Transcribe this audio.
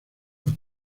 los